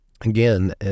again